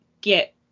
get